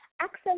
access